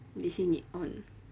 they say need on